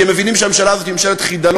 כי הם מבינים שהממשלה הזאת היא ממשלת חידלון,